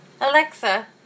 Alexa